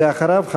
ואחריו,